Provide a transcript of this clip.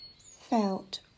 felt